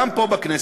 גם פה בכנסת,